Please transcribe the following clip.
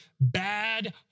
bad